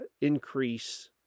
Increase